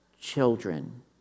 children